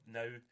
now